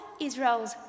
Israel's